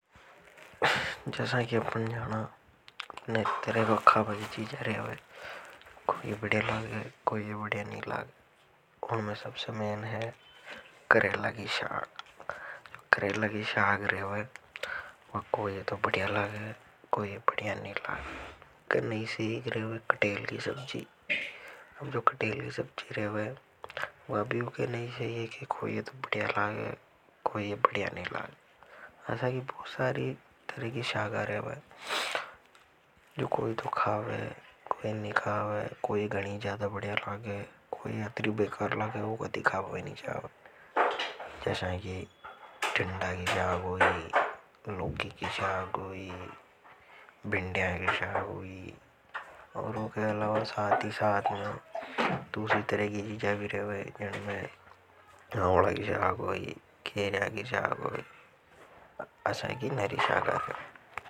जैसा कि अप जाना नरि तरह की खाबा की चीजा रेवे कोई बढ़िया लाग है कोई बढ़िया नहीं लाग उनमें सबसे में है करेला की शाग। करला की शाग रेवे वह कोई तो बढ़िया लगे कोई बढ़िया नहीं लाइट कर नहीं सीख रहे हुए कटेल की सब्जी। अब जो कटेल की सब्जी रहे हुए वह भी कोई तो बढ़िया लाइट कोई बढ़िया नहीं लाइट ऐसा कि बहुत सारी तरह की। जो कोई तो खाव है नहीं खाव है कोई गणी ज्यादा बढ़िया लाग है कोई अत्री बेकार लाग है वो कदी खाव है नहीं खाव है। जैसा कि टंडा की शाक लोकी की शाक बिंडिया की शाक, और उनके अलावा साथ ही साथ तूसी तरह की जीजा भी रहे हैं, जब मैं नावला की शाक खेरा की शाक होई।